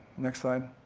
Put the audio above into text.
next slide.